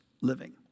living